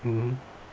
mmhmm